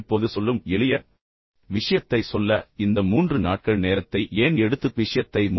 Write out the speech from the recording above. நீங்கள் இப்போது சொல்லும் எளிய விஷயத்தைச் சொல்ல இந்த 3 நாட்கள் நேரத்தை ஏன் எடுத்துக் கொண்டீர்கள்